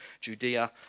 Judea